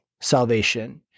salvation